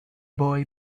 boy